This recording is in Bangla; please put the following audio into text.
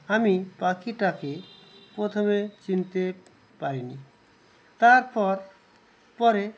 আমি পাখিটাকে প্রথমে চিনতে পারিনি তারপর পরে